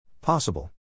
Possible